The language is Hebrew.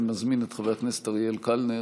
אני מזמין את חבר הכנסת אריאל קלנר.